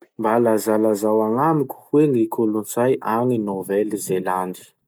Mba lazalazao agnamiko hoe ny kolotsay agny Novely Zelandy?